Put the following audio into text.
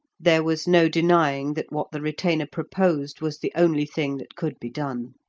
there was no denying that what the retainer proposed was the only thing that could be done.